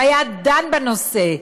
והיה דן בנושא,